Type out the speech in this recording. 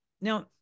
now